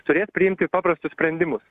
turės priimti paprastus sprendimus